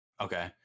Okay